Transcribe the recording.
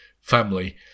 family